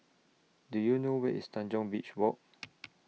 Do YOU know Where IS Tanjong Beach Walk